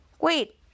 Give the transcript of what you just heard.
wait